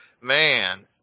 man